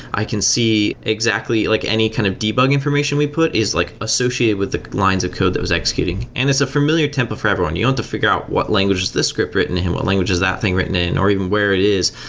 i can see exactly like any kind of debug information we put is like associated with the lines of code that was executing and it's a familiar template for everyone. you don't have to figure out what language this script is written in. what language is that thing written in, or even where it is.